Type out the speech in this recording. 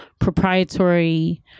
proprietary